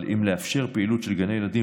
אבל השאלה אם לאפשר פעילות של גני ילדים